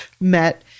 met